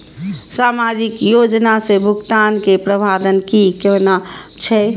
सामाजिक योजना से भुगतान के प्रावधान की कोना छै?